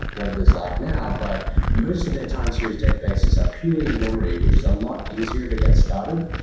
what it is like now. but most of their time series databases are purely in-memory, which is a lot easier to get started.